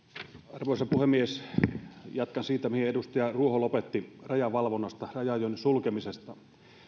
arvoisa puhemies jatkan siitä mihin edustaja ruoho lopetti rajavalvonnasta rajojen sulkemisesta